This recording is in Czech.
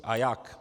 A jak?